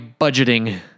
budgeting